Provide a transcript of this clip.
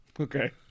Okay